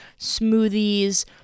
smoothies